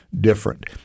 different